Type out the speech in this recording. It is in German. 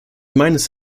meines